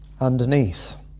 underneath